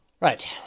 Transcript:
Right